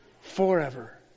forever